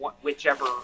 whichever